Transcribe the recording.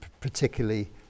particularly